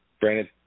Brandon